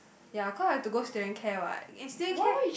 ya cause I have to go student care what in student care